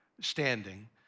standing